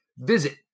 Visit